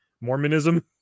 Mormonism